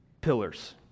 pillars